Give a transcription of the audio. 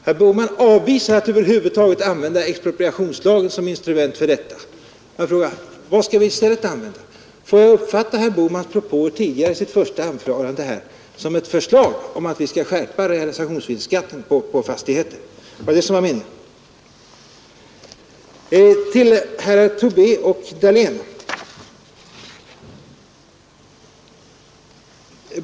Herr Bohman avvisar tanken att över huvud taget använda expropriationslagen som instrument för den uppgiften. Får jag fråga: Vad skall vi då använda i stället? Får jag uppfatta herr Bohmans propå i det första anförandet som ett förslag om att vi skall skärpa realisationsvinstskatten på fastigheter? Var det detta herr Bohman menade? Så några ord till herrar Tobé och Dahlén.